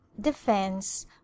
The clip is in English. defense